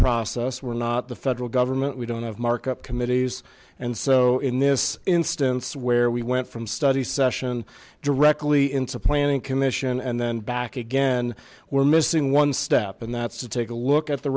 process we're not the federal government we don't have markup committees and so in this instance where we went from study session directly into planning commission and then back again we're missing one step and that's to take a look at the